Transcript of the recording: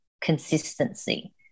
consistency